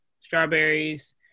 Strawberries